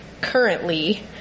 currently